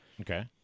Okay